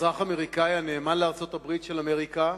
אזרח אמריקני הנאמן לארצות-הברית של אמריקה,